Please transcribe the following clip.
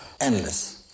Endless